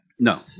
No